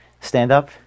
stand-up